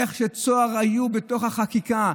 איך שצהר היו בתוך החקיקה,